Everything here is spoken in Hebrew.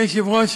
אדוני היושב-ראש,